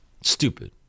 Stupid